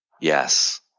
Yes